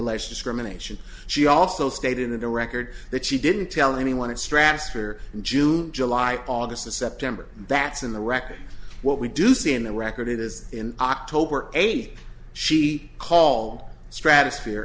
alleged discrimination she also stated in the record that she didn't tell anyone at strasser in june july august or september that's in the record what we do see in the record is in october eight she call stratospher